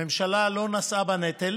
הממשלה לא נשאה בנטל